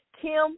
Kim